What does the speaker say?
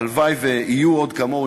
הלוואי שיהיו עוד כמוהו,